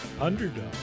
underdog